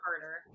harder